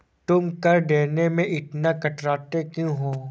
तुम कर देने में इतना कतराते क्यूँ हो?